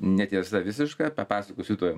netiesa visiška papasakosiu tuoj